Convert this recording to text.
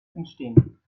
entstehen